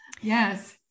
Yes